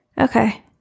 okay